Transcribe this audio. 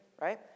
Right